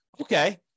Okay